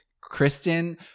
Kristen